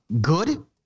good